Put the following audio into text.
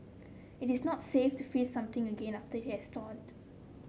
it is not safe to freeze something again after it has thawed